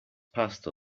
passed